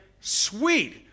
sweet